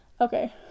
Okay